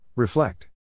Reflect